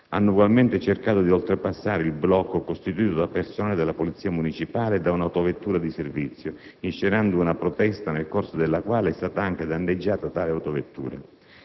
hanno ugualmente cercato di oltrepassare il blocco costituito da personale della Polizia municipale e da un'autovettura di servizio, inscenando una protesta nel corso della quale è stata anche danneggiata tale autovettura.